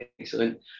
excellent